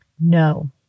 No